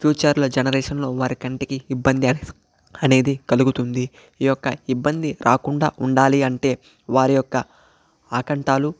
ఫ్యూచర్లో జనరేషన్లో వారి కంటికి ఇబ్బంది అనే అనేది కలుగుతుంది ఈ యొక్క ఇబ్బంది రాకుండా ఉండాలి అంటే వారి యొక్క ఆటంకాలు